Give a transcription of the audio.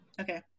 Okay